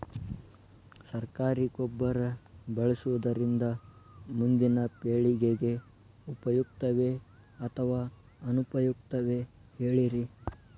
ಸರಕಾರಿ ಗೊಬ್ಬರ ಬಳಸುವುದರಿಂದ ಮುಂದಿನ ಪೇಳಿಗೆಗೆ ಉಪಯುಕ್ತವೇ ಅಥವಾ ಅನುಪಯುಕ್ತವೇ ಹೇಳಿರಿ